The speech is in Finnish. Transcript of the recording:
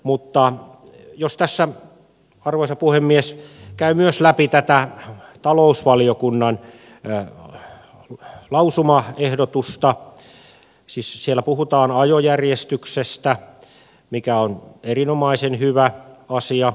mutta jos tässä arvoisa puhemies käy myös läpi tätä talousvaliokunnan lausumaehdotusta niin siellä siis puhutaan ajojärjestyksestä mikä on erinomaisen hyvä asia